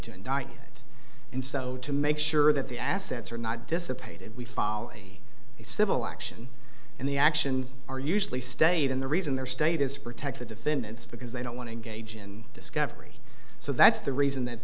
to indict and so to make sure that the assets are not dissipated we follow a civil action and the actions are usually stayed in the reason their state is protect the defendants because they don't want to engage in discovery so that's the reason that